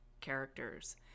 characters